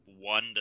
one